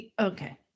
Okay